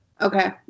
okay